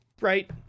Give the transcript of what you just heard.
right